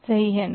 सही है ना